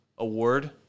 Award